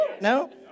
No